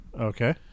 Okay